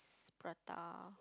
Prata